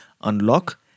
Unlock